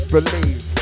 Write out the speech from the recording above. Believe